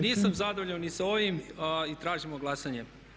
Nisam zadovoljan ni s ovim i tražimo glasanje.